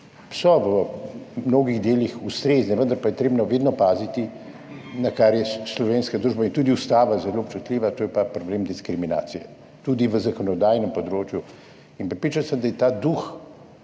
v mnogo delih ustrezne, vendar pa je treba vedno paziti, na kar je slovenska družba in tudi ustava zelo občutljiva, to je pa na problem diskriminacije, tudi na zakonodajnem področju. Prepričan sem, da je duh